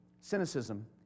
Cynicism